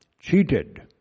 cheated